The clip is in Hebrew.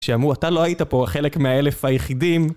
שאמרו אתה לא היית פה חלק מהאלף היחידים